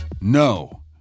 No